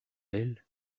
elle